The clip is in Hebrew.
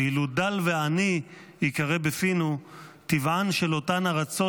ואילו דל ועני ייקרא בפינו טבען של אותן ארצות